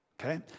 Okay